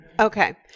okay